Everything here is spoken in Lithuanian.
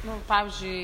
nu pavyzdžiui